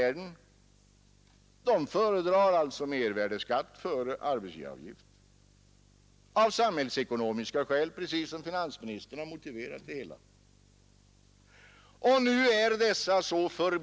Men i absoluta tal, alltså inte i procent, blir sänkningen störst för årsinkomster mellan 25 000 och 70 000 kronor.